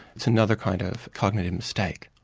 it's another kind of cognitive mistake.